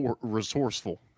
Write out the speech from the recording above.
resourceful